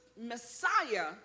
Messiah